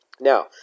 Now